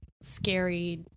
scary